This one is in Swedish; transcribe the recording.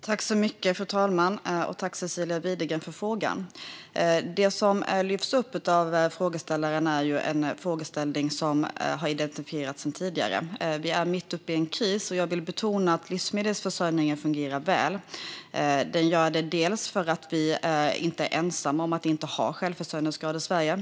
Fru talman! Tack, Cecilia Widegren, för frågan! Det som lyfts upp av frågeställaren är en fråga som har identifierats sedan tidigare. Vi är mitt uppe i en kris, och jag vill betona att livsmedelsförsörjningen fungerar väl. Den gör det därför att vi inte är ensamma om att inte ha en hög självförsörjningsgrad i Sverige.